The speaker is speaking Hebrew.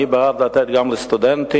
אני בעד לתת גם לסטודנטים,